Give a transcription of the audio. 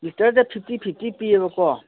ꯂꯤꯇꯔꯗ fifty fifty ꯄꯤꯌꯦꯕꯀꯣ